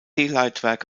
leitwerk